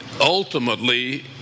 ultimately